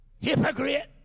hypocrite